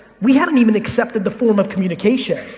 we hadn't even accepted the form of communication.